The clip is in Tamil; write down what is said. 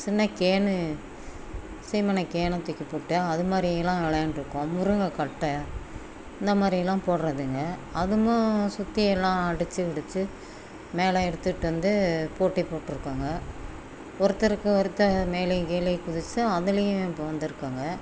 சின்னக் கேனு சீமெண்ணைக் கேனை தூக்கிப் போட்டு அது மாதிரியெல்லாம் விளையாண்டுருக்கோம் முருங்கைக் கட்டை இந்த மாதிரியெல்லாம் போடுறதுங்க அதுமும் சுற்றி எல்லாம் அடித்து கிடித்து மேலே எடுத்துகிட்டு வந்து போட்டி போட்டிருக்கோங்க ஒருத்தருக்கு ஒருத்தன் மேலேயும் கீழேயும் குதித்து அதிலையும் இப்போ வந்திருக்கோங்க